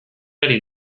ari